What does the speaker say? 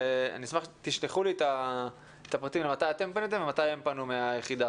ואני אשמח שתשלחו לי את הפרטים מתי אתם פניתם ומתי הם פנו מהיחידה.